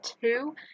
two